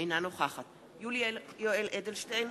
אינה נוכחת יולי יואל אדלשטיין,